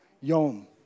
yom